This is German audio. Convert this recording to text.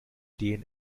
dns